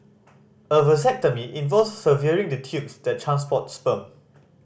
a vasectomy involves severing the tubes that transport sperm